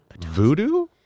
Voodoo